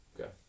Okay